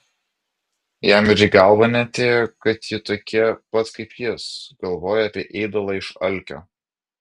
jam ir į galvą neatėjo kad ji tokia pat kaip jis galvoja apie ėdalą iš alkio